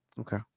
Okay